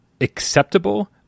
acceptable